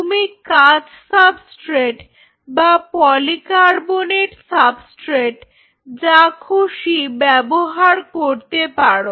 তুমি কাঁচ সাবস্ট্রেট বা পলিকার্বনেট সাবস্ট্রেট যা খুশি ব্যবহার করতে পারো